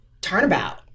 turnabout